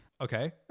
Okay